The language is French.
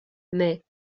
mais